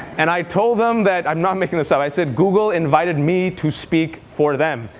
and i told them that i'm not making this up i said google invited me to speak for them.